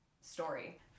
story